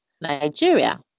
Nigeria